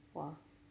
!wah!